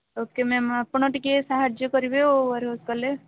okay ma'am ଆପଣ ଟିକେ ସାହାଯ୍ୟ କରିବେ କଲେ